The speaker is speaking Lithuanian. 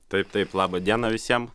taip taip labą dieną visiem